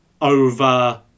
over